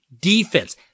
defense